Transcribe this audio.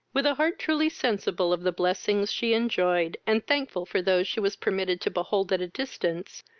with a heart truly sensible of the blessings she enjoyed, and thankful for those she was permitted to behold at a distance,